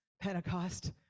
Pentecost